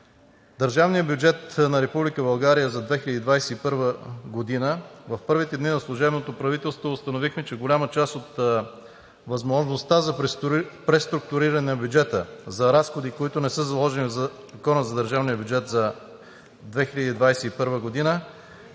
Държавният бюджет на Република България за 2021 г. в първите дни на служебното правителство установихме, че голяма част от възможността за преструктуриране на бюджета за разходи, които не са заложени в Закона за държавния бюджет за 2021 г.,